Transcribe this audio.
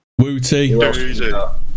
Wooty